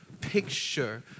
picture